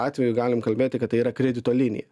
atveju galim kalbėti kad tai yra kredito linija